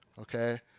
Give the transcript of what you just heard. okay